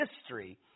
history